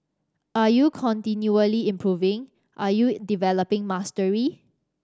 are you continually improving are you developing mastery